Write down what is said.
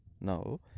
Now